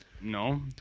No